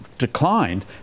declined